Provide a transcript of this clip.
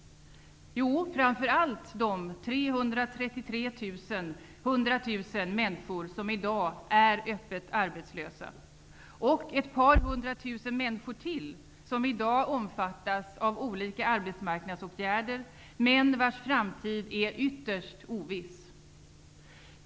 Jo, framför allt de 333 000 människor som i dag är öppet arbetslösa - och ytterligare ett par hundra tusen människor, som i dag omfattas av olika arbetsmarknadsåtgärder men vars framtid är ytterst oviss.